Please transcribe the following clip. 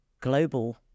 global